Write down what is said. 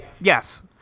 Yes